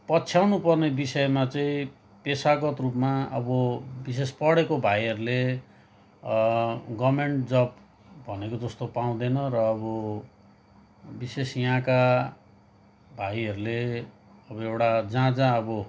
पछ्याउनु पर्ने विषयमा चाहिँ पेसागत रूपमा अब विशेष पढेको भाइहरूले गभर्मेन्ट जब भनेको जस्तो पाउँदैन र अब विशेष यहाँका भाइहरूले अब एउटा जहाँ जहाँ अब